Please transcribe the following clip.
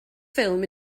ffilm